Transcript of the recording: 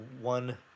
one